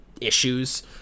issues